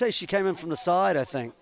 say she came in from the side i think